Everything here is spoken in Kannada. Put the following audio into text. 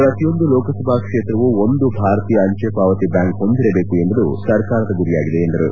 ಪ್ರತಿಯೊಂದು ಲೋಕಸಭಾ ಕ್ಷೇತ್ರವೂ ಒಂದು ಭಾರತೀಯ ಅಂಚೆ ಪಾವತಿ ಬ್ಯಾಂಕ್ ಹೊಂದಿರಬೇಕು ಎಂಬುದು ಸರ್ಕಾರದ ಗುರಿಯಾಗಿದೆ ಎಂದರು